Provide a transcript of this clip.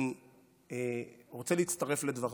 אני רוצה להצטרף לדבריו.